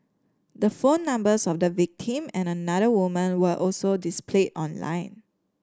the phone numbers of the victim and another woman were also displayed online